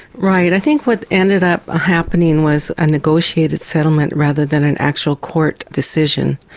right. i think what ended up ah happening was a negotiated settlement rather than an actual court decision.